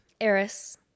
Eris